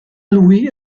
lui